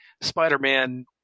spider-man